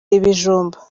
ibijumba